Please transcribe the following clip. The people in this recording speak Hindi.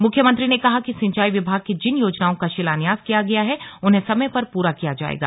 मुख्यमंत्री ने कहा कि सिंचाई विभाग की जिन योजनाओं का शिलान्यास किया गया है उन्हें समय पर ं पूरा किया जायेगा